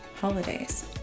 holidays